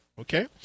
Okay